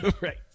Right